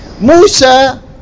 Musa